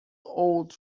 old